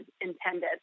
intended